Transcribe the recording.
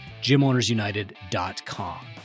gymownersunited.com